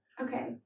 Okay